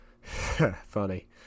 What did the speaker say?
Funny